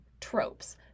tropes